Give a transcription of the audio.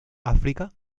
áfrica